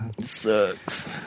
sucks